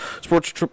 sports